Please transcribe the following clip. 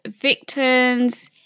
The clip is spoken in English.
victims